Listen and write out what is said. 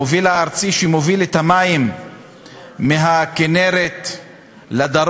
המוביל הארצי מוביל את המים מהכינרת לדרום,